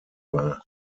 war